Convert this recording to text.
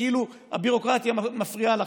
כאילו הביורוקרטיה מפריעה לכם.